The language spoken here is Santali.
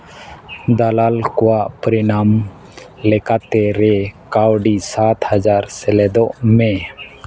ᱫᱟᱞᱟᱞ ᱠᱚᱣᱟᱜ ᱯᱚᱨᱤᱱᱟᱢ ᱞᱮᱠᱟᱛᱮ ᱨᱮ ᱠᱟᱹᱣᱰᱤ ᱥᱟᱛ ᱦᱟᱡᱟᱨ ᱥᱮᱞᱮᱫᱚᱜ ᱢᱮ